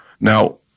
now